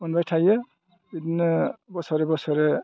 मोनबाय थायो बिदिनो बोसोरे बोसोरे